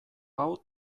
hau